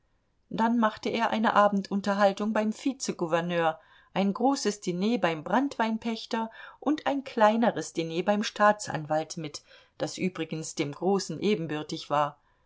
dann machte er eine abendunterhaltung beim vizegouverneur ein großes diner beim branntweinpächter und ein kleineres diner beim staatsanwalt mit das übrigens dem großen ebenbürtig war